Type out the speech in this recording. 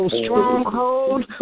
stronghold